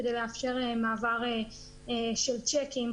כדי לאפשר מעבר של צ'קים.